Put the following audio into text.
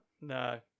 no